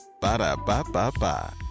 Ba-da-ba-ba-ba